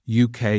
UK